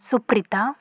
Supritha